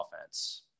offense